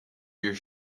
your